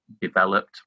developed